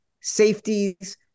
safeties